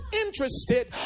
interested